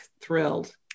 thrilled